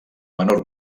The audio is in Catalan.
menor